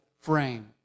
frame